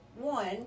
one